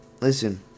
listen